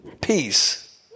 Peace